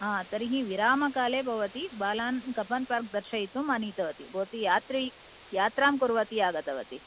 हा तर्हि विरामकाले भवति बालान् कब्बन्पार्क् दर्शयितुं आनीतवती भवति यात्री यात्रां कुर्वती आगतवती